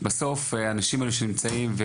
בסוף, האנשים האלה שנמצאים,